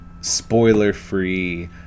spoiler-free